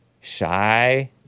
shy